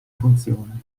funziona